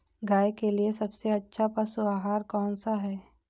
गाय के लिए सबसे अच्छा पशु आहार कौन सा है?